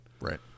Right